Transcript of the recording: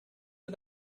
der